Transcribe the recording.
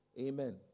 Amen